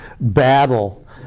Battle